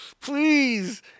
please